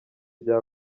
bya